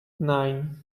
nine